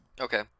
Okay